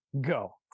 Go